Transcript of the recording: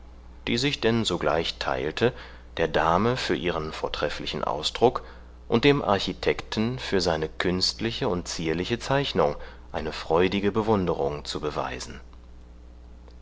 die sich denn sogleich teilte der dame für ihren vortrefflichen ausdruck und dem architekten für seine künstliche und zierliche zeichnung eine freudige bewunderung zu beweisen